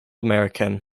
american